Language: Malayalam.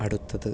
അടുത്തത്